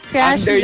Crash